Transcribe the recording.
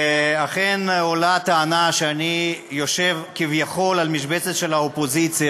אכן עולה טענה שאני יושב כביכול על משבצת של האופוזיציה.